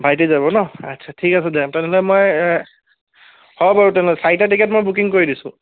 ভাইটি যাব ন আচ্ছা ঠিক আছে দে তেনেহ'লে মই হ'ব বাৰু তেনে চাৰিটা টিকেট মই বুকিং কৰি দিছোঁ